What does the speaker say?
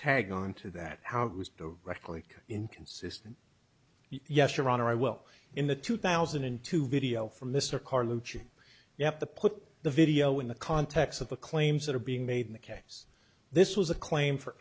tag onto that how was directly inconsistent yes your honor i will in the two thousand and two video for mr carlucci you have to put the video in the context of the claims that are being made in the case this was a claim for